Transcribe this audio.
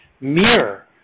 mirror